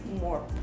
more